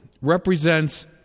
represents